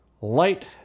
light